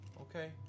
Okay